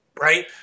Right